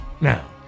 Now